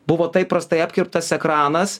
buvo taip prastai apkirptas ekranas